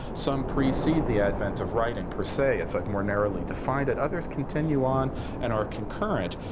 some precede the advent of writing, per se, as i've more narrowly defined it. others continue on and are concurrent.